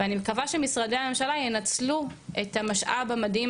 ואני מקווה שמשרדי הממשלה ינצלו את המשאב המדהים